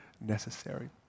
necessary